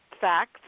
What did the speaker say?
facts